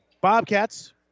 Bobcats